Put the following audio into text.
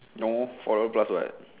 no four dollar plus [what]